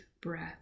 breath